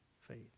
faith